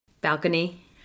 balcony